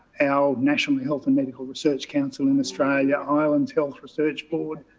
our national health and medical research council in australia, islands health research board,